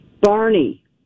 Barney